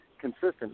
consistent